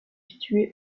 situé